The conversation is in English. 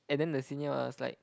and then the senior was like